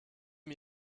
mir